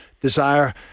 desire